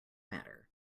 matter